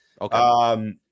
Okay